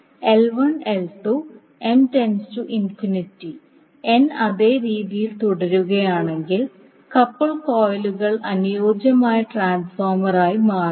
n അതേ രീതിയിൽ തുടരുകയാണെങ്കിൽ കപ്പിൾഡ് കോയിലുകൾ അനുയോജ്യമായ ട്രാൻസ്ഫോർമറായി മാറും